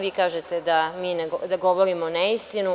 Vi kažete da govorimo neistinu.